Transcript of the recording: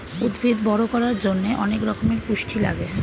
উদ্ভিদ বড় করার জন্যে অনেক রকমের পুষ্টি লাগে